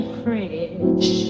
fresh